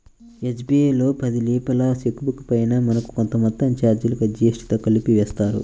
SBI లో పది లీఫ్ల చెక్ బుక్ పైన మనకు కొంత మొత్తాన్ని చార్జీలుగా జీఎస్టీతో కలిపి వేస్తారు